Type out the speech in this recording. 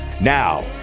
Now